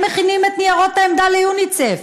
הם מכינים את ניירות העמדה ליוניסף